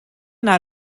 naar